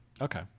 Okay